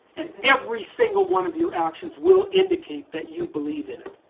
and every single one of your actions will indicate that you believe in it.